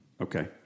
Okay